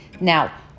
Now